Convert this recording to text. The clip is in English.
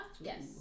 Yes